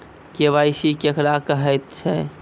KYC केकरा कहैत छै?